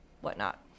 whatnot